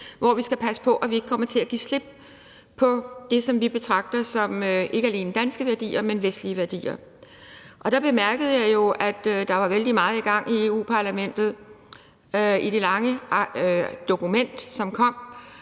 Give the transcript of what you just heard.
hvor vi skal passe på, at vi ikke kommer til at give slip på det, som vi betragter som ikke alene danske værdier, men vestlige værdier. Der var vældig meget i gang i Europa-Parlamentet, og der bemærkede jeg jo i det lange dokument, som kom,